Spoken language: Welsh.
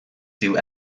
dyw